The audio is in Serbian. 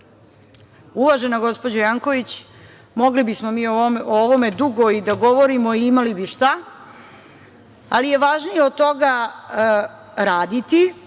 gospođo Janković, mogli bismo mi o ovome dugo da govorimo i imali bi šta, ali je važnije od toga raditi.